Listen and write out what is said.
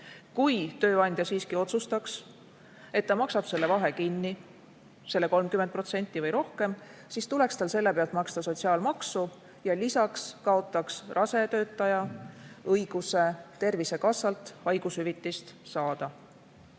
Kui tööandja siiski otsustaks, et ta maksab selle vahe kinni, selle 30% või rohkem, siis tuleks tal selle pealt maksta sotsiaalmaksu ja lisaks kaotaks rase töötaja õiguse Tervisekassalt haigushüvitist saada.